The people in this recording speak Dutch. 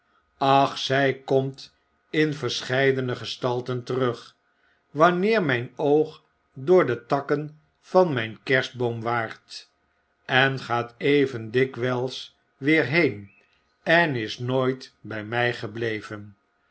ach zy komt in verscheidene gestalten terug wanneer mp oog door de takken van mijn kerstboom waart en gaat even dikwyls weer heen en is nooit by my gebleven